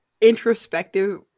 introspective